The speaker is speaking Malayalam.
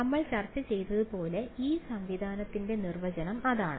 നമ്മൾ ചർച്ച ചെയ്തതുപോലെ ഈ സംവിധാനത്തിന്റെ നിർവചനം അതാണ്